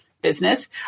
Business